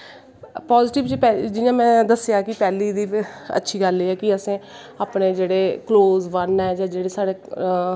positive च में दस्सेआ कि अच्ची गल्ल ऐ कि असैं अपने जेह्ड़े कलोज बट ऐ जां जेह्ड़े